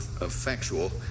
effectual